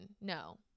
No